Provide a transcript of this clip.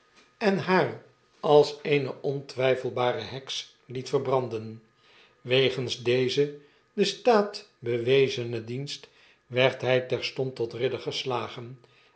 en haar als eene ontwyfelbare heks liet verbranden wegens deze den staat bewezene dienst werd hij terstond tot ridder gestagen